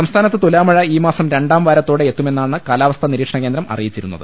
സംസ്ഥാനത്ത് തുലാമഴ ഈ മാസം രണ്ടാം വാരത്തോടെ എത്തുമെന്നാണ് കാലാവസ്ഥാ നിരീക്ഷണ കേന്ദ്രം അറിയിച്ചിരി ക്കുന്നത്